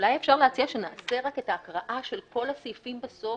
אולי אפשר להציע שנעשה רק את ההקראה של כל הסעיפים בסוף,